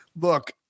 look